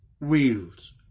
wheels